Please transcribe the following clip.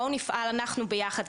בואו נפעל אנחנו ביחד,